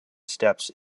steps